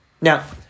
Now